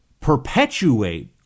perpetuate